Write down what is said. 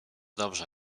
dobrze